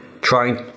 trying